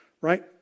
right